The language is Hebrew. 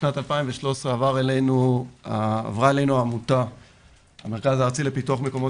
ביוני 2013 עברה אלינו העמותה של המרכז הארצי לפיתוח מקומות